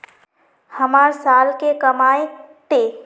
हमर साल के कमाई ते बहुत कम है ते हम डेबिट कार्ड बना सके हिये?